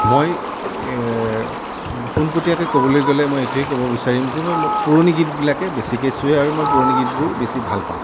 মই পোনপটীয়াকৈ ক'বলৈ গ'লে মই এইটোৱেই ক'ব বিচাৰিম যে মই পুৰণি গীতবিলাকে বেছিকৈ চুৱে আৰু মই পুৰণি গীতবোৰ বেছি ভাল পাওঁ